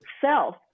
self